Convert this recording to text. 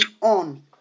on